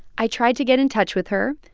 i tried to get in touch with her.